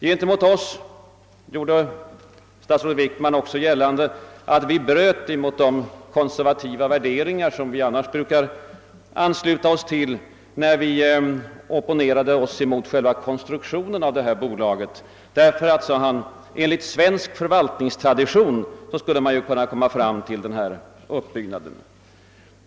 Statsrådet Wickman gjorde också gällande att vi inom vårt parti bryter mot de konservativa värderingar, som vi annars brukar ansluta oss till, när vi har opponerat oss mot själva konstruktionen av detta statliga förvaltningsbolag. Enligt svensk förvaltningstradition, sade statsrådet Wickman, skulle man kunna komma fram till denna uppbyggnad av bolaget.